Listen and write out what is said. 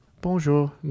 Bonjour